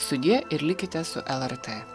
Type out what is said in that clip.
sudie ir likite su lrt